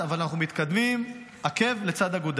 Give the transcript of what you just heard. אבל אנחנו מתקדמים עקב לצד אגודל.